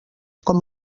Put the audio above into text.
com